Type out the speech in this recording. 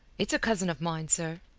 it's a cousin of mine, sir.